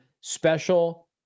special